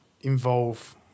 involve